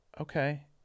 okay